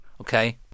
okay